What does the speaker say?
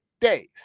days